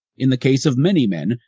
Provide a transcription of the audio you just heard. in the case of many men,